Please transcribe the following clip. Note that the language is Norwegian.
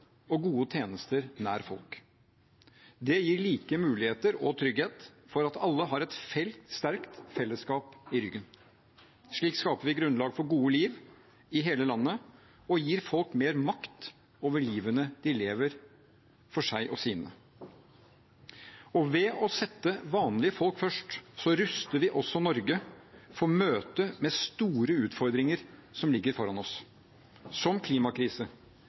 og gode tjenester nær folk. Det gir like muligheter og trygghet for at alle har et sterkt fellesskap i ryggen. Slik skaper vi grunnlag for gode liv i hele landet og gir folk mer makt over livet de lever, for seg og sine. Ved å sette vanlige folk først ruster vi også Norge for møtet med store utfordringer som ligger foran oss, som klimakrise,